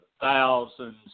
thousands